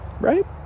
Right